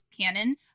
canon